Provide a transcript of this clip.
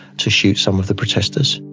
to shoot some of the protesters.